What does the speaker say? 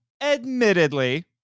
admittedly